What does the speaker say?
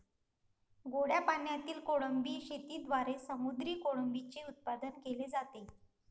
गोड्या पाण्यातील कोळंबी शेतीद्वारे समुद्री कोळंबीचे उत्पादन केले जाते